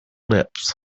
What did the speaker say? lips